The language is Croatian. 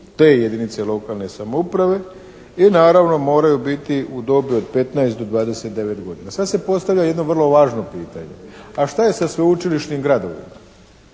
te jedinice lokalne samouprave i naravno moraju biti u dobi od 15 do 29 godina. Sad se postavlja jedno vrlo važno pitanje. A šta je sa sveučilišnim gradovima?